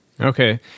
Okay